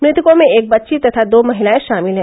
मृतकों में एक बच्ची तथा दो महिलायें शामिल हैं